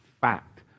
fact